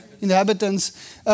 inhabitants